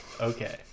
Okay